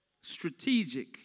strategic